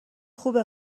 خوبه